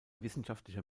wissenschaftlicher